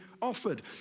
offered